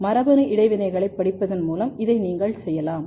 மரபணு இடைவினைகளைப் படிப்பதன் மூலம் இதை நீங்கள் செய்யலாம்